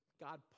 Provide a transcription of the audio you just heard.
God